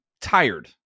tired